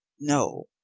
no,